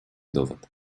довод